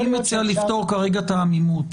אני מציע לפתור כרגע את העמימות.